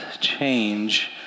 change